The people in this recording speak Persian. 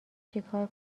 چیکار